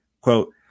Quote